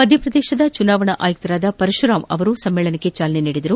ಮಧ್ಯಪ್ರದೇಶದ ಚುನಾವಣಾ ಆಯುಕ್ತರಾದ ಪರಶುರಾಮ್ ಅವರು ಸಮ್ಮೇಳನಕ್ಕೆ ಚಾಲನೆ ನೀಡಿದರು